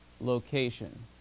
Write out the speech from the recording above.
location